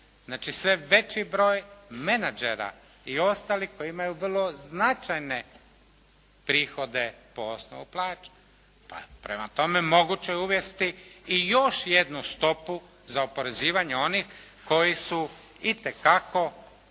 Znači sve veći broj menadžera i ostalih koji imaju vrlo značajne prihode po osnovu plaće. Pa prema tome, moguće je uvesti i još jednu stopo za oporezivanje onih koji su itekako prisutni